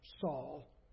Saul